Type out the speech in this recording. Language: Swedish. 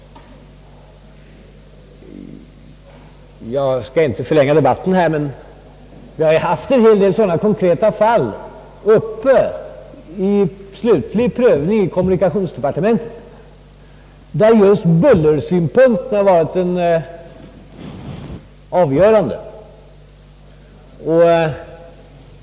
Jag skall inte förlänga debatten men vill ändå nämna att vi har haft åtskilliga sådana konkreta fall uppe till slutlig prövning i kommunikationsdepartementet. I dessa fall har bullersynpunkten varit den avgörande.